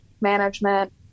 management